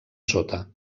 sota